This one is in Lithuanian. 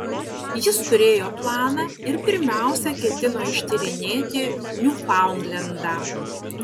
jis turėjo planą ir pirmiausia ketino ištyrinėti niufaundlendą